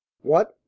What